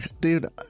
dude